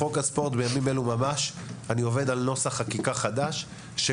בחוק הספורט אני עובד בימים אלו על נוסח חקיקה חדש שקובע